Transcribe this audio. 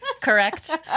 Correct